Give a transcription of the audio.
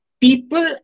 People